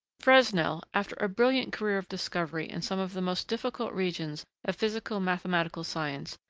fresnel, after a brilliant career of discovery in some of the most difficult regions of physico-mathematical science,